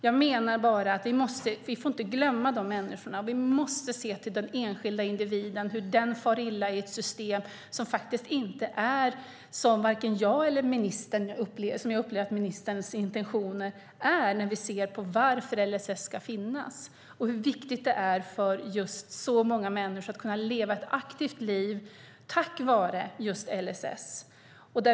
Jag menar bara att vi inte får glömma dessa människor och att vi måste se till hur den enskilda individen far illa i ett system som faktiskt inte är i linje med vare sig mina eller, som jag upplever det, ministerns intentioner när vi ser på varför LSS ska finnas. Det handlar om hur viktigt det är för så många människor att kunna leva ett aktivt liv tack vare just LSS.